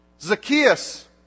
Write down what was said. Zacchaeus